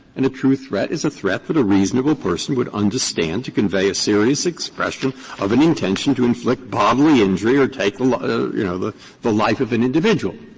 and a true threat is a threat that a reasonable person would understand to convey a serious expression of an intention to inflict bodily injury or take you know the the life of an individual.